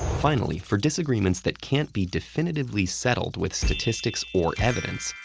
finally, for disagreements that can't be definitively settled with statistics or evidence,